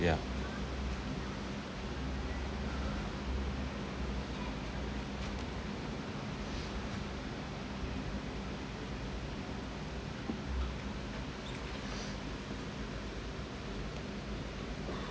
ya